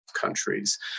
Countries